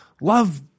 love